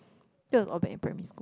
that was all back in primary school